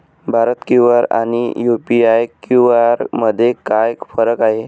Bharat QR आणि UPI QR मध्ये काय फरक आहे?